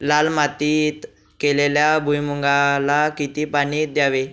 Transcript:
लाल मातीत केलेल्या भुईमूगाला किती पाणी द्यावे?